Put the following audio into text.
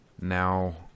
now